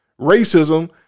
racism